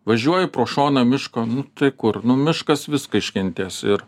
važiuoju pro šoną miško nu tai kur nu miškas viską iškentės ir